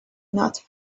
not